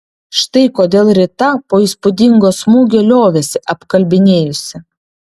štai kodėl rita po įspūdingo smūgio liovėsi apkalbinėjusi